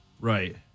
Right